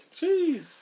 Jeez